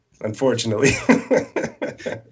unfortunately